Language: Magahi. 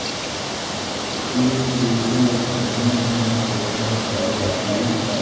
एक बीघा धन्मा में केतना खाद डालिए?